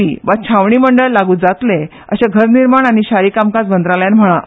बी वा छावणी मंडळ लागू जातले अशे धरनिर्माण आनी शारी कामकाज मंत्रालयान म्हळा